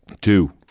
Two